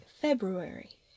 February